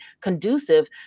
conducive